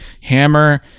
Hammer